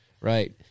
right